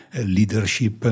leadership